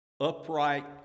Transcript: upright